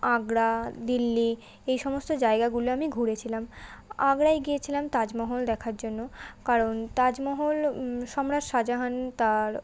আগ্রা দিল্লি এই সমস্ত জায়গাগুলো আমি ঘুরেছিলাম আগ্রায় গিয়েছিলাম তাজমহল দেখার জন্য কারণ তাজমহল সম্রাট শাজাহান তার